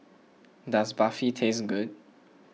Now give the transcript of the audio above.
does Barfi taste good